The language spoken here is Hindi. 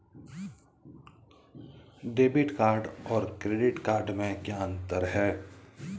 डेबिट कार्ड और क्रेडिट कार्ड में क्या अंतर है?